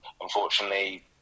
unfortunately